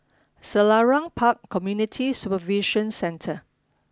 Selarang Park Community Supervision Centre